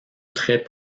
très